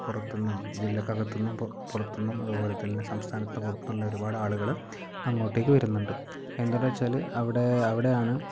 പുറത്ത് നിന്നും ജില്ലക്ക് അകത്ത് നിന്നും പുറത്ത് നിന്നും അതുപോലെതന്നെ സംസ്ഥാനത്ത് പുറത്ത് നിന്നും ഉള്ള ഒരുപാട് ആളുകള് അങ്ങോട്ടേക്ക് വരുന്നുണ്ട് എന്തുകൊണ്ടാണെന്ന് വെച്ചാല് അവിടെ അവിടെയാണ്